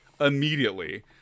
immediately